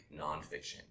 nonfiction